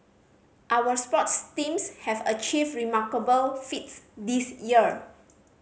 our sports teams have achieved remarkable feats this year